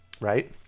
Right